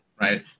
right